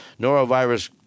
norovirus